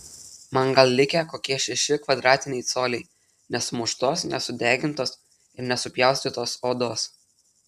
man gal likę kokie šeši kvadratiniai coliai nesumuštos nesudegintos ir nesupjaustytos odos